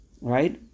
Right